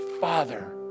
father